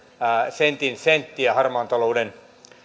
sentin senttiä harmaan talouden